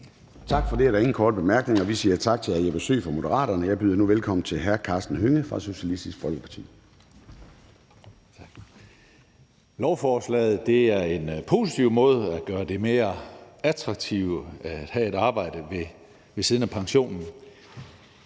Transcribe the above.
Tak for det. Der er ingen korte bemærkninger, så vi siger tak til hr. Jeppe Søe fra Moderaterne. Jeg byder nu velkommen til hr. Karsten Hønge fra Socialistisk Folkeparti. Kl. 13:44 (Ordfører) Karsten Hønge (SF): Lovforslaget er en positiv måde at gøre det mere attraktivt at have et arbejde ved siden af pensionen